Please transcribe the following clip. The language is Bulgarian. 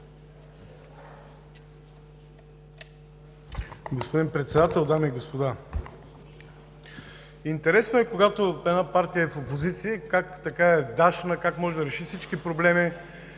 Господин Председател, дами и господа! Интересно е, когато една партия е в опозиция, как е дашна, как може да реши всички проблеми,